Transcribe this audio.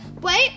wait